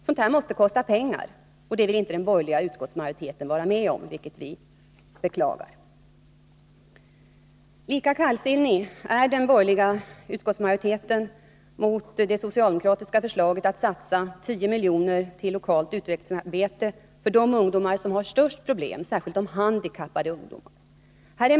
Sådant kostar pengar, och det vill inte den borgerliga utskottsmajoriteten vara med om, vilket vi beklagar. Lika kallsinnig är den borgerliga utskottsmajoriteten mot det socialdemokratiska förslaget att satsa 10 milj.kr. till lokalt utvecklingsarbete för de ungdomar som har de största problemen — då särskilt de handikappade ungdomarna.